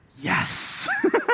yes